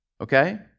Okay